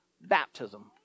baptism